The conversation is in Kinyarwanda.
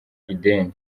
ideni